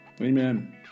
Amen